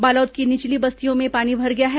बालोद की निचली बस्तियों में पानी भर गया है